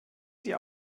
die